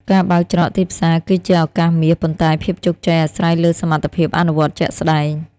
ការបើកច្រកទីផ្សារគឺជាឱកាសមាស ប៉ុន្តែភាពជោគជ័យអាស្រ័យលើសមត្ថភាពអនុវត្តជាក់ស្ដែង។